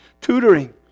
tutoring